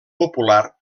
popular